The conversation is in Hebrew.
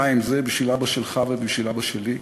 חיים, זה בשביל אבא שלך ובשביל אבא שלי.